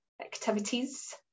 activities